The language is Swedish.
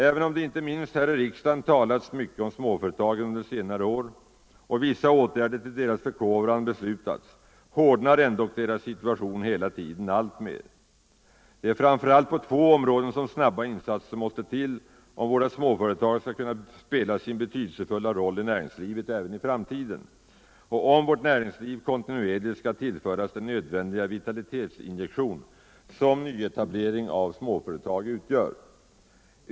Även om det inte minst här i riksdagen talats mycket om småföretagen under senare år och vissa åtgärder till deras förkovran beslutats hårdnar ändock deras situation hela tiden alltmer. Det är framför allt på två områden som snabba insatser måste till om våra småföretag skall kunna spela sin betydelsefulla roll i näringslivet även i framtiden och om vårt näringsliv kontinuerligt skall tillföras den nödvändiga vitalitetsinjektion som nyetablering av småföretag utgör.